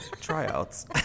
tryouts